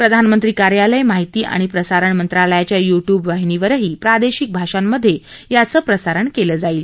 प्रधानमंत्री कार्यालय माहिती प्रसारण मंत्रालयच्या य् ट्यूब वाहिनीवरही प्रादेशिक भाषांमध्ये याचं प्रसारण केलं जाईल